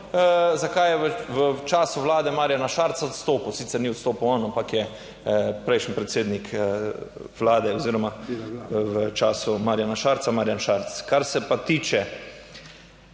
zakaj je v času vlade Marjana Šarca odstopil - sicer ni odstopil on, ampak je prejšnji predsednik vlade oziroma v času Marjana Šarca Marjan Šarec. Kar se pa tiče